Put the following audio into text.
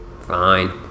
Fine